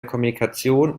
kommunikation